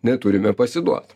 neturime pasiduot